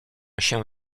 się